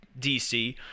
DC